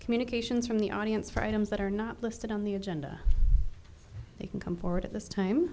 communications from the audience for items that are not listed on the agenda they can come forward at this time